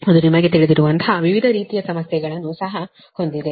ಅದು ನಿಮಗೆ ತಿಳಿದಿರುವಂತಹ ವಿವಿಧ ರೀತಿಯ ಸಮಸ್ಯೆಗಳನ್ನೂ ಸಹ ಹೊಂದಿದೆ